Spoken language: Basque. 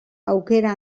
aukera